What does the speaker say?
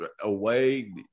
away